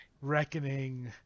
Reckoning